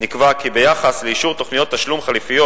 נקבע כי ביחס לאישור תוכניות תשלום חלופיות